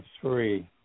Three